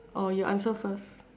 or you answer first